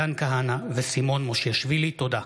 מתן כהנא וסימון מושיאשוילי בנושא: